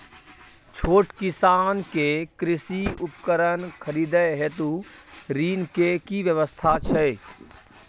छोट किसान के कृषि उपकरण खरीदय हेतु ऋण के की व्यवस्था छै?